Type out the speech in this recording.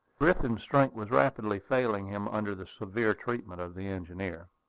griffin's strength was rapidly failing him under the severe treatment of the engineer.